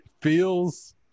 feels